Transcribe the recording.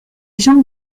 jambes